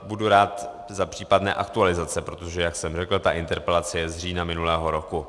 Budu rád za případné aktualizace, protože jak jsem řekl, ta interpelace je z října minulého roku.